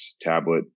tablet